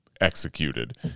executed